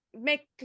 Make